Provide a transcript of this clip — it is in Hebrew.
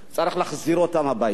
צריך להחזיר אותם הביתה,